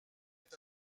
est